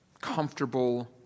comfortable